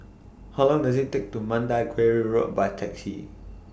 How Long Does IT Take to Mandai Quarry Road By Taxi